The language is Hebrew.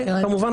וכמובן,